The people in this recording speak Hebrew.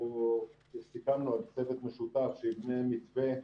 וסיכמנו על צוות משותף שיבנה מתווה,